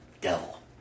Devil